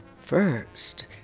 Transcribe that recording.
First